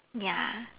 ya